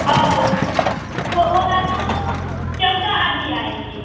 और हो होगा तो चौदह आदमी आएँगे